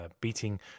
beating